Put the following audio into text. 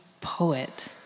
poet